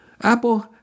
Apple